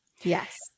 Yes